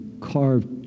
carved